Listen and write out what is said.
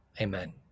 Amen